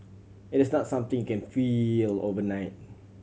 it is not something you can feel overnight